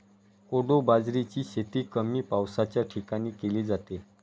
कोडो बाजरीची शेती कमी पावसाच्या ठिकाणी केली जाते